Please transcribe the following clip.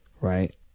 right